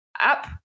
up